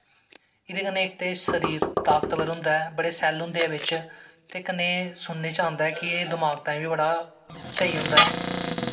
एह्दे कन्नै इक ते शरीर ताकतबर होंदा ऐ बड़े सैल्ल होंदे ऐं बिच्च ते कन्नैं सुननें तांई आंदा ऐ कि एह् दमाक तांई बी बड़ा स्हेई होंदा ऐ